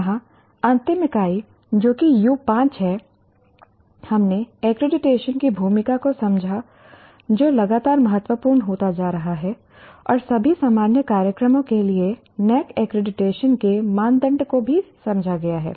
यहां अंतिम इकाई जो कि U5 है हमने एक्रीडिटेशन की भूमिका को समझा जो लगातार महत्वपूर्ण होता जा रहा है और सभी सामान्य कार्यक्रमों के लिए NAAC एक्रीडिटेशन के मानदंड को भी समझा गया है